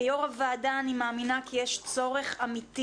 כיו"ר הוועדה אני מאמינה כי יש צורך אמיתי